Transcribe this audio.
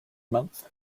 month